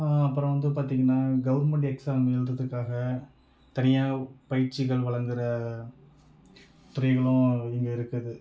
அப்புறம் வந்து பார்த்திங்கன்னா கவர்மெண்ட் எக்ஸாம் எழுதுகிறதுக்காக தனியாக பயிற்சிகள் வழங்குகிற துறைகளும் இங்கே இருக்குது